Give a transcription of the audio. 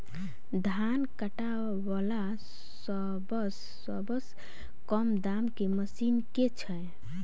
धान काटा वला सबसँ कम दाम केँ मशीन केँ छैय?